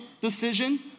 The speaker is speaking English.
decision